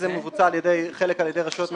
אתם מביאים את זה ברגע האחרון?